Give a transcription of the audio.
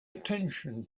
attention